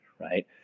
right